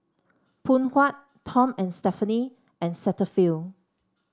Phoon Huat Tom And Stephanie and Cetaphil